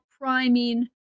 priming